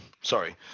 sorry